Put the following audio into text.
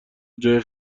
جای